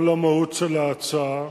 כל המהות של ההצעה,